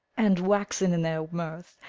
and waxen in their mirth,